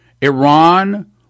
Iran